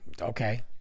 okay